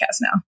now